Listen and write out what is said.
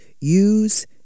Use